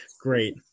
great